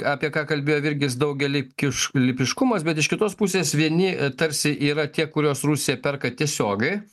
apie ką kalbėjo virgis daugelykiš lypiškumas bet iš kitos pusės vieni tarsi yra tie kuriuos rusija perka tiesiogiai